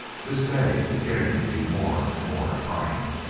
this day is getting to be more and more trying.